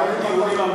אנחנו מקיימים דיונים,